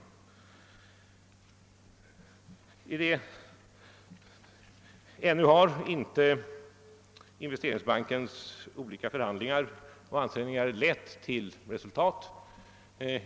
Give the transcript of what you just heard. Ännu har inte Investeringsbankens förhandlingar lett till resultat.